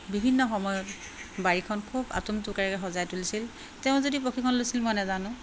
বিভিন্ন সময়ত বাৰীখন খুব আটোম টোকাৰিকৈ সজাই তুলিছিল তেওঁ যদি প্ৰশিক্ষণ লৈছিল মই নাজানো